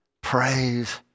praise